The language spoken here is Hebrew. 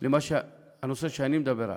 לנושא שאני מדבר עליו,